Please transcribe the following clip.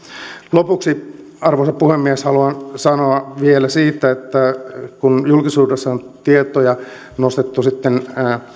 lopuksi arvoisa puhemies haluan sanoa vielä kun julkisuudessa on tietoja nostettu sitten